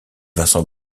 vincent